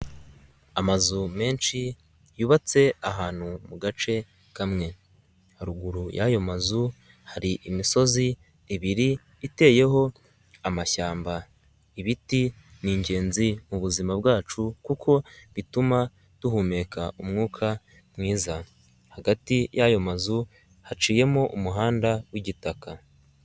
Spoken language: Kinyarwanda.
Amazu menshi yubatse ahantu mu gace kamwe, haruguru y'ayo mazu hari imisozi ibiri iteyeho amashyamba, ibiti ni ingenzi mubuzima bwacu kuko ituma duhumeka umwuka mwiza. Hagati y'ayo mazu haciyemo umuhanda w'igitaka.